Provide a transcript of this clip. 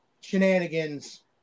shenanigans